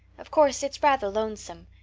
of course, it's rather lonesome.